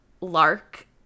Lark